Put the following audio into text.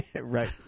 Right